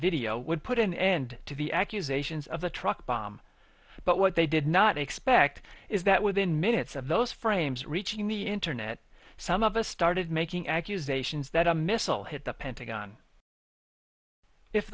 video would put an end to the accusations of a truck bomb but what they did not expect is that within minutes of those frames reaching the internet some of us started making accusations that a missile hit the pentagon if